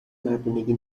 مردونگی